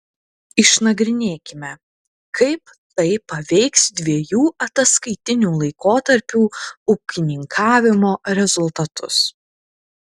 išnagrinėkime kaip tai paveiks dviejų ataskaitinių laikotarpių ūkininkavimo rezultatus